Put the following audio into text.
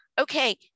okay